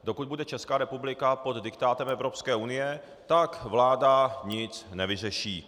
Dokud bude Česká republika pod diktátem Evropské unie, tak vláda nic nevyřeší.